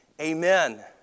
amen